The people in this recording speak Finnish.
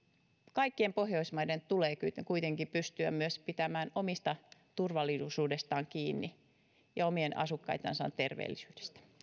kaikkien pohjoismaiden tulee kuitenkin pystyä myös pitämään omasta turvallisuudestaan ja omien asukkaittensa terveydestä